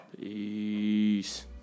Peace